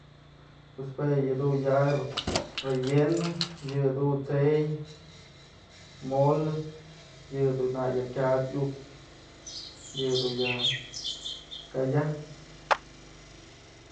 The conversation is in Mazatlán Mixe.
Pues yëdun ya relleno, yedun tse'ey, mole, yëdun ya kyap iukpë, yëdun ya kay ajpë.